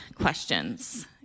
questions